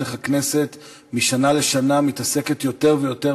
איך הכנסת משנה לשנה מתעסקת יותר ויותר